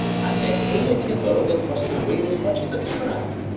and they ate a hippo that must have weighed as much as a tribe.